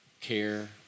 care